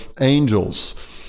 angels